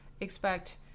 expect